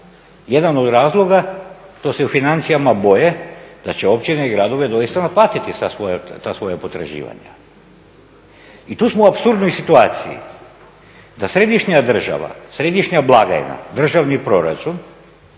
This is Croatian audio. jedan od razloga što se u financijama boje da će općine i gradovi doista naplatiti ta svoja potraživanja. I tu smo u apsurdnoj situaciji da središnja država, središnja blagajna, državni proračun,